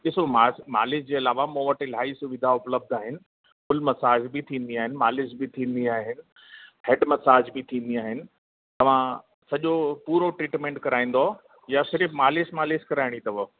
ॾिसो मां मालिश जे अलावा मूं वटि इलाही सुविधा उपलब्ध आहिनि फुल मसाज बि थींदी आहे मालिश बि थींदी आहे हेड मसाज बि थींदी आहिनि तव्हां सॼो पूरो ट्रिटमेंट कराईंदव या सिर्फ़ु मालिश मालिश कराइणी अथव